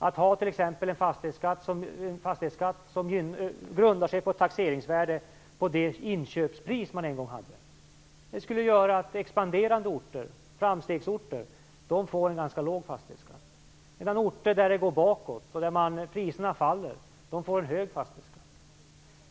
Att t.ex. ha en fastighetsskatt som grundar sig på ett taxeringsvärde på det inköpspris man en gång hade skulle göra att expanderande orter, framstegsorter, får en ganska låg fastighetsskatt, medan orter där det går bakåt och priserna faller får en hög fastighetsskatt.